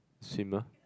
swimmer